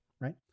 right